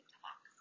talk